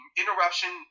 interruption